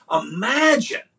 Imagine